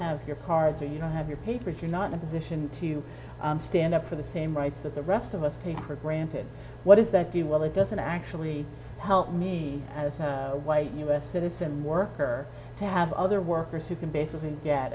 have your card to you don't have your papers you're not a position to stand up for the same rights that the rest of us take for granted what is that well it doesn't actually help me as a white us citizen worker to have other workers who can basically get